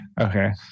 Okay